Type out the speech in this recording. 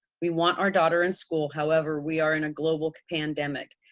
we want our daughter in school, however we are in a global pandemic.